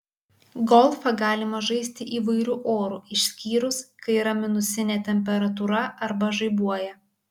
golfą galima žaisti įvairiu oru išskyrus kai yra minusinė temperatūra arba žaibuoja